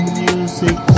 music